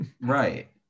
Right